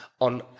on